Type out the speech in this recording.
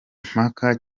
mpaka